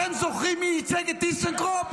אתם זוכרים מי ייצג את טיסנקרופ?